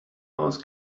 aus